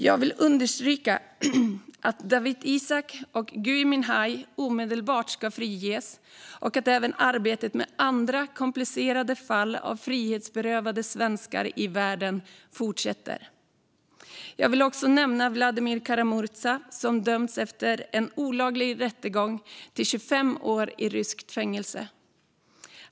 Jag vill understryka att Dawit Isaak och Gui Minhai omedelbart ska friges och att arbetet med även andra komplicerade fall av frihetsberövade svenskar i världen fortsätter. Jag vill också nämna Vladimir Kara-Murza, som dömts efter en olaglig rättegång till 25 år i ryskt fängelse.